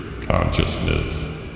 consciousness